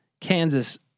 Kansas